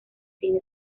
cine